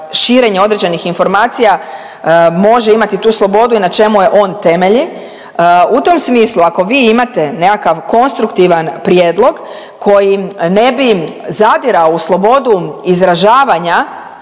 širenje određenih informacija može imati tu slobodu i na čemu je on temelji. U tom smislu ako vi imate nekakav konstruktivan prijedlog koji ne bi zadirao u slobodu izražavanja